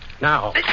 Now